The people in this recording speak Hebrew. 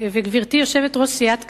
וגברתי יושבת-ראש סיעת קדימה,